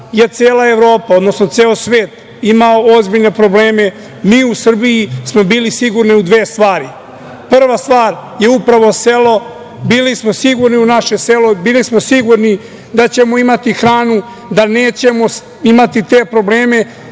cela Evropa, odnosno ceo svet ima ozbiljne probleme, mi u Srbiji smo bili sigurni u dve stvari. Prva stvar je upravo selo, bili smo sigurni u naše selo, bili smo sigurni da ćemo imati hranu, da nećemo imati te probleme